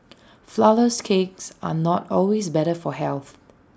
Flourless Cakes are not always better for health